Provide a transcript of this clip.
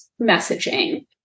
messaging